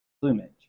plumage